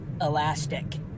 elastic